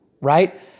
right